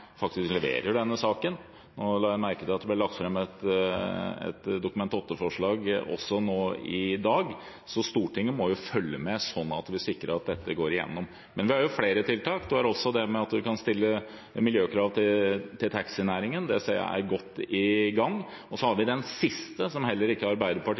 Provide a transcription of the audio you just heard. det ble lagt fram et Dokument 8-forslag nå i dag, så Stortinget må følge med slik at vi sikrer at dette går igjennom. Men vi har flere tiltak. Vi kan stille miljøkrav til taxinæringen. Det ser jeg er godt i gang. Så har vi det siste ‒ som heller ikke Arbeiderpartiet